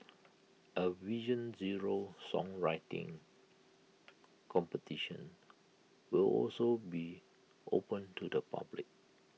A vision zero songwriting competition will also be open to the public